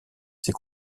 ses